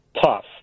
tough